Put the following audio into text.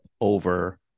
over